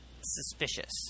suspicious